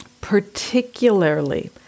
Particularly